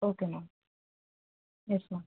okay ma'am yes ma'am